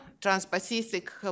Trans-Pacific